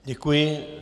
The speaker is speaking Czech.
Děkuji.